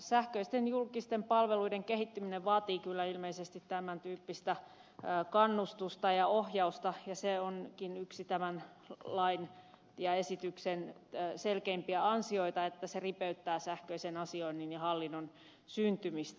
sähköisten julkisten palveluiden kehittyminen vaatii kyllä ilmeisesti tämäntyyppistä kannustusta ja ohjausta ja se onkin yksi tämän lain ja esityksen selkeimpiä ansioita että se ripeyttää sähköisen asioinnin ja hallinnon syntymistä